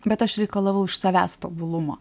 bet aš reikalavau iš savęs tobulumo